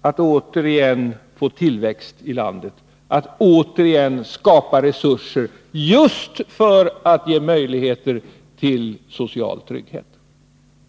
att återigen åstadkomma tillväxt i landet, att återigen skapa resurser just för att möjliggöra social trygghet?